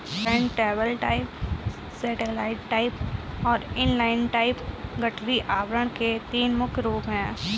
turntable type, satellite type और inline type गठरी आवरण के तीन मुख्य रूप है